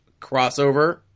crossover